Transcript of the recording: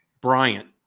Bryant